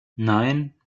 nein